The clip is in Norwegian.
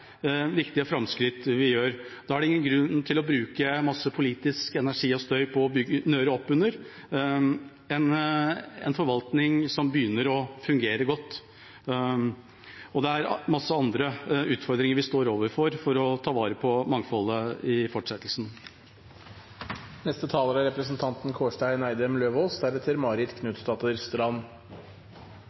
viktige framskritt. Da er det ingen grunn til å bruke masse politisk energi og støy på å nøre opp under en debatt om en forvaltning som begynner å fungere godt. Det er masse andre utfordringer vi står overfor for å ta vare på mangfoldet i fortsettelsen. I virkeligheten er